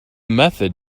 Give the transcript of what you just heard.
method